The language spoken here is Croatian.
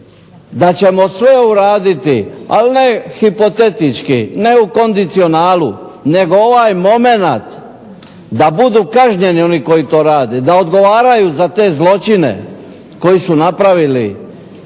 da ćemo sve uraditi ali ne hipotetički, ne u kondicionalu, nego ovaj momenat, da budu kažnjeni oni koji to rade, da odgovaraju za te zločine koji su napravili